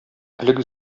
элек